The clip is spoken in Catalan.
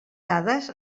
dades